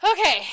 Okay